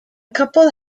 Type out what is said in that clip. couple